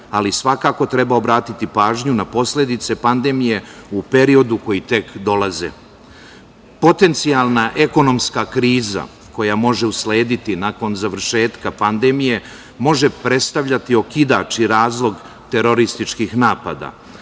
ali svakako treba obratiti pažnju na posledice pandemije u periodu koji tek dolazi. Potencijala ekonomska kriza koja može uslediti nakon završetka pandemije može predstavljati okidač i razlog terorističkih napada,